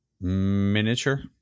Miniature